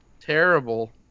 terrible